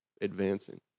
advancing